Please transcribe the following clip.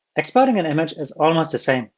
exporting an image is almost the same.